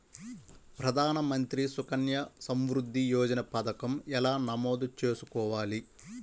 ప్రధాన మంత్రి సుకన్య సంవృద్ధి యోజన పథకం ఎలా నమోదు చేసుకోవాలీ?